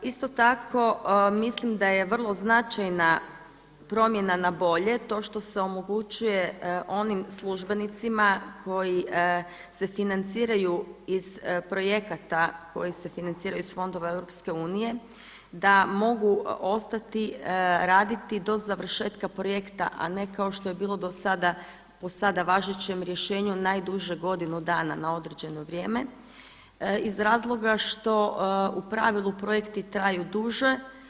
Isto tako, mislim da je vrlo značajna promjena na bolje to što se omogućuje onim službenicima koji se financiraju iz projekata, koji se financiraju iz fondova EU da mogu ostati raditi do završetka projekta, a ne kao što je bilo do sada po sada važećem rješenju najduže godinu dana na određeno vrijeme iz razloga što u pravilu projekti traju duže.